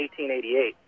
1888